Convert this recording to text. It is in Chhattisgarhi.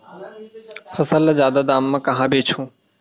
फसल ल जादा दाम म कहां बेचहु?